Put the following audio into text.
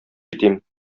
китим